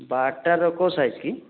ବାଟାର କେଉଁ ସାଇଜ୍ କି